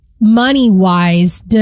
money-wise